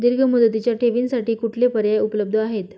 दीर्घ मुदतीच्या ठेवींसाठी कुठले पर्याय उपलब्ध आहेत?